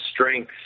strength